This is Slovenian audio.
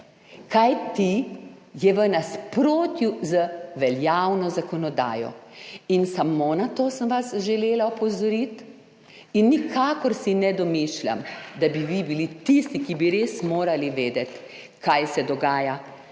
kajti je v nasprotju z veljavno zakonodajo. Samo na to sem vas želela opozoriti in nikakor si ne domišljam, da bi bili vi tisti, ki bi res morali vedeti, kaj se dogaja.